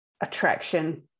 attraction